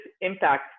impact